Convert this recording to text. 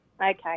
Okay